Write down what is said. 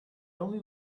only